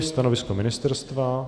Stanovisko ministerstva?